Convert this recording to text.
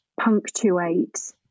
punctuate